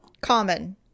Common